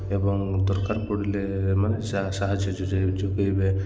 ଏବଂ ଦରକାର ପଡ଼ିଲେ ମାନେ ସାହାଯ୍ୟ ଯୋଗାଇବେ